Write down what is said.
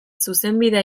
zuzenbidea